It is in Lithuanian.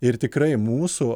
ir tikrai mūsų